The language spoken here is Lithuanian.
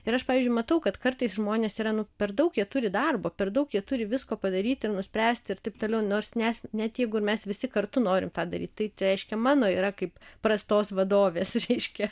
ir aš pavyzdžiui matau kad kartais žmonės yra nu per daug jie turi darbo per daug jie turi visko padaryti ir nuspręsti ir taip toliau nors nes net jeigu ir mes visi kartu norim tą daryt tai reiškia mano yra kaip prastos vadovės reiškia